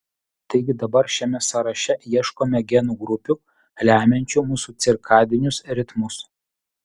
taigi dabar šiame sąraše ieškome genų grupių lemiančių mūsų cirkadinius ritmus